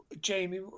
Jamie